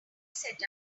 setup